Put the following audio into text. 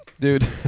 Dude